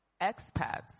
expats